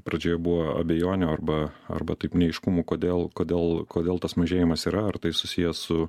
pradžioje buvo abejonių arba arba taip neaiškumų kodėl kodėl kodėl tas mažėjimas yra ar tai susiję su